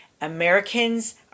Americans